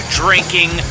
drinking